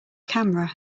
camera